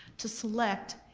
to select.